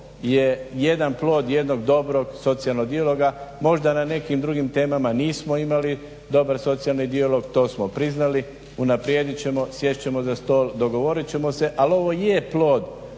je jedan plod jednog dobrog socijalnog dijaloga. Možda na nekim drugim temama nismo imali dobar socijalni dijalog, to smo priznali. Unaprijedit ćemo, sjest ćemo za stol, dogovorit ćemo se, ali ovo je plod